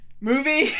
Movie